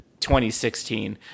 2016